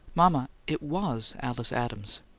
mama, it was alice adams!